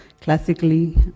classically